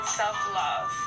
self-love